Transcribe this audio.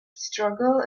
struggle